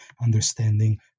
understanding